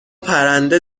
پرنده